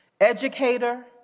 educator